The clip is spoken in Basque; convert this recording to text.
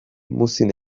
muzin